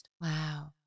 Wow